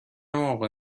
موقع